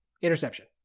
interception